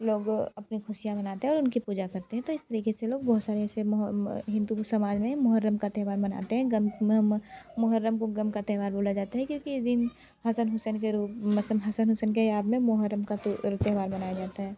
लोग अपनी खुशियाँ मनाते हैं और उनकी पूजा करते हैं तो इस तरीके से लोग बहुत सारे ऐसे हिंदू के समाज में मुहर्रम का त्यौहार मनाते हैं गम मुहर्रम को गम का त्यौहार बोला जाता है क्योंकि ये दिन हसन हुसैन के रूप मतलब हसन हुसैन के याद में मुहर्रम का त्यौहार मनाया जाता है